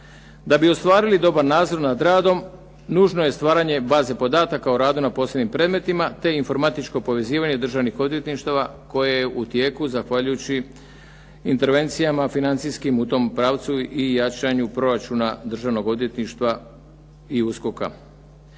Da bi ostvarili dobar nadzor nad radom nužno je stvaranje baze podataka o radu na posebnim predmetima te informatičko povezivanje državnih odvjetništava koje je u tijeku zahvaljujući intervencijama financijskim u tom pravcu i jačanju proračuna državnog odvjetništva i USKOK-a.